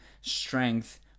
strength